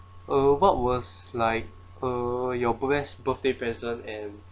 uh what was like uh your best birthday present and